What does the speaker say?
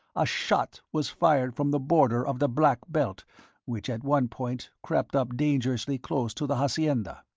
a shot was fired from the border of the black belt which at one point crept up dangerously close to the hacienda.